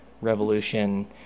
revolution